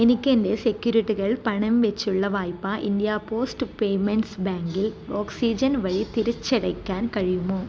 എനിക്ക് എൻ്റെ സെക്യൂരിറ്റികൾ പണയം വച്ചുള്ള വായ്പ ഇന്ത്യ പോസ്റ്റ് പേയ്മെൻസ് ബാങ്കിൽ ഓക്സിജൻ വഴി തിരിച്ചടയ്ക്കാൻ കഴിയുമോ